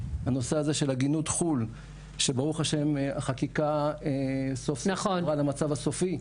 הנושא הזה של עגינות חו"ל שברך ה' חקיקה סוף סוף סגורה על המצב הסופי,